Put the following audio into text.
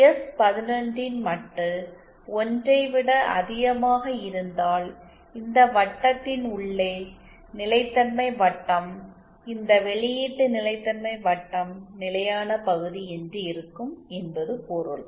எஸ்11 ன் மட்டு 1 ஐ விட அதிகமாக இருந்தால் இந்த வட்டத்தின் உள்ளே நிலைத்தன்மை வட்டம் இந்த வெளியீட்டு நிலைத்தன்மை வட்டம் நிலையான பகுதி என்று இருக்கும் என்பது பொருள்